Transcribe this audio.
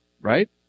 right